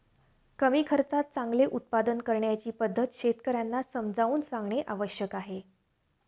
कमी खर्चात चांगले उत्पादन करण्याची पद्धत शेतकर्यांना समजावून सांगणे आवश्यक आहे